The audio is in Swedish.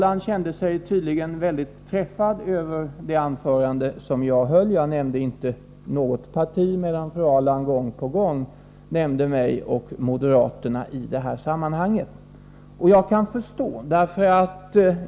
Fru Ahrland kände sig tydligen väldigt träffad av det anförande jag höll. Jag nämnde inte något parti, medan fru Ahrland gång på gång nämnde mig och moderaterna. Det kan jag förstå.